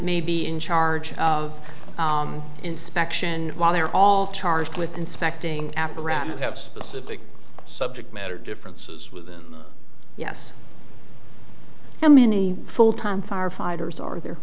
may be in charge of inspection while they're all charged with inspecting apparatus have specific subject matter differences with them yes how many full time firefighters are